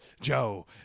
Joe